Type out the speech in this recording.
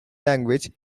language